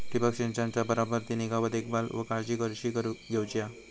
ठिबक संचाचा बराबर ती निगा व देखभाल व काळजी कशी घेऊची हा?